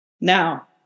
Now